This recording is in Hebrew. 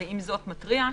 ועם זאת מתריע,